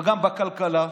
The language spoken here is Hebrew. גם בכלכלה,